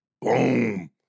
Boom